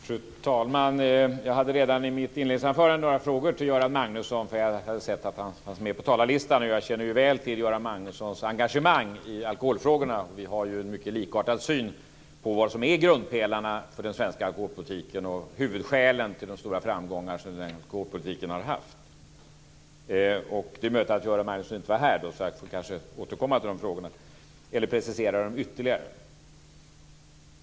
Fru talman! Jag hade redan i mitt inledningsanförande några frågor till Göran Magnusson. Jag hade sett att han fanns med på talarlistan, och jag känner väl till Göran Magnussons engagemang i alkoholfrågorna. Vi har en mycket likartad syn på vad som är grundpelarna för den svenska alkoholpolitiken och huvudskälen till de stora framgångar som den alkoholpolitiken har haft. Det är möjligt att Göran Magnusson inte var här då, så jag kan kanske återkommer till de frågorna eller precisera dem ytterligare.